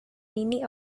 many